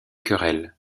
querelle